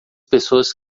pessoas